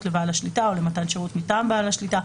לבעל השליטה או למתן שירות מטעם בעל השליטה,